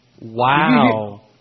Wow